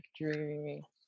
dreamy